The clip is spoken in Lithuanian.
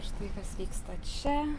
štai kas vyksta čia